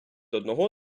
одного